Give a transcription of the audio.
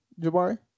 jabari